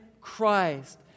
Christ